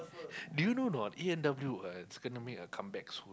do you know or not A-and-W ah is gonna make a comeback soon